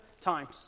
times